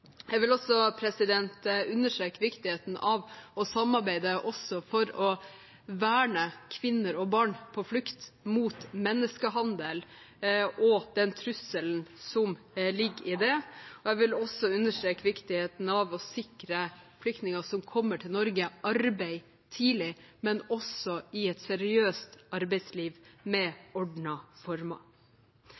Jeg vil understreke viktigheten av å samarbeide også for å verne kvinner og barn på flukt mot menneskehandel og den trusselen som ligger i det. Jeg vil også understreke viktigheten av å sikre flyktninger som kommer til Norge, arbeid tidlig – i et seriøst arbeidsliv i ordnede former.